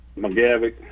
McGavick